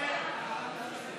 אי-אמון בממשלה